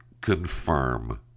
confirm